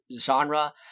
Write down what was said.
genre